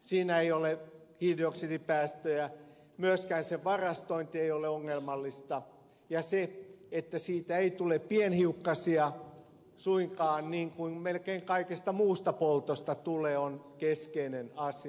siinä ei ole hiilidioksidipäästöjä myöskään sen varastointi ei ole ongelmallista ja se että siitä ei tule pienhiukkasia suinkaan niin kuin melkein kaikesta muusta poltosta tulee on keskeinen asia